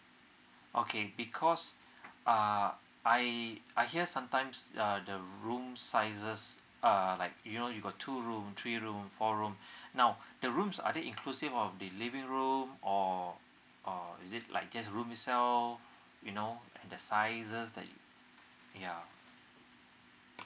okay because uh I I hear sometimes uh the room sizes err like you know you got two room three room for room now the rooms are they inclusive of the living room or or is it like just room itself you know and the sizes that yeah